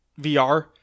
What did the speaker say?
VR